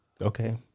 Okay